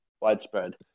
widespread